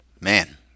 man